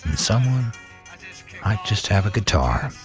someone might just have a guitar.